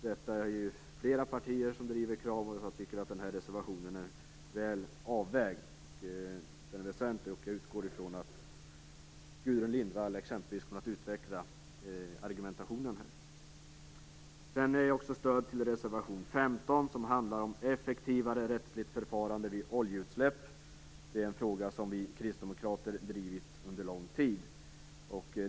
Det är fler partier som driver det kravet, och jag tycker att reservationen är väl avvägd och väsentlig. Jag utgår från att exempelvis Gudrun Lindvall kommer att utveckla argumentationen i den frågan. Jag vill också ge vårt stöd till reservation 15, som handlar om effektivare rättsligt förfarande vid oljeutsläpp. Det är en fråga som vi kristdemokrater drivit under en lång tid.